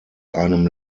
einem